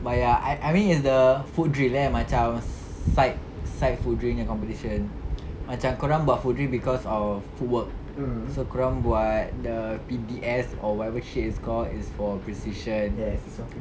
but ya I I mean is the foot drill kan macam side side foot drill nya competition macam korang buat foot drill cause of footwork so korang buat the P_D_S or whatever shit it is called is for precision